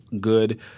good—